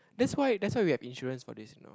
that's why that's why we have insurance for this you know